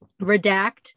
redact